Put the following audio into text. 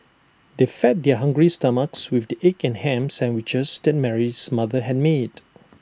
they fed their hungry stomachs with the egg and Ham Sandwiches that Mary's mother had made